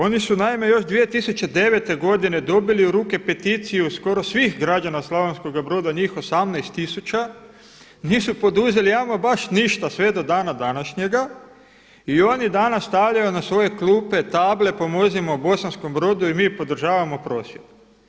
Oni su naime još 2009. godine dobili u ruke peticiju skoro svih građana Slavonskoga Broda, njih 18 tisuća, nisu poduzeli ama baš ništa sve do dana današnjega i oni danas stavljaju na svoje klupe table pomozimo Bosanskom Brodu i mi podržavamo prosvjed.